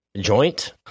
joint